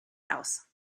house